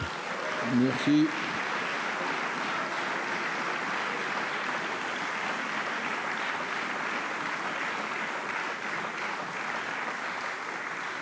Merci